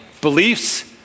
beliefs